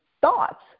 thoughts